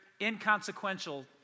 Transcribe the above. inconsequential